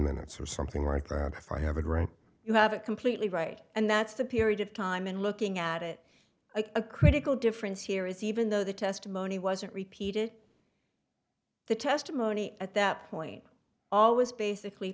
minutes or something like that if i have it right you have it completely right and that's the period of time and looking at it a critical difference here is even though the testimony wasn't repeated the testimony at that point all was basically